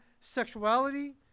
sexuality